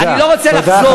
אני לא רוצה לחזור, תודה.